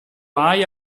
hai